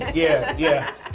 yeah, yeah.